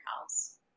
house